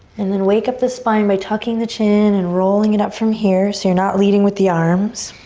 and then wake up the spine by tucking the chin and rolling it up from here so you're not leading with the arms.